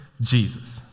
Jesus